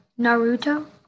Naruto